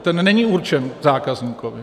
Ten není určen zákazníkovi.